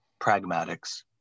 pragmatics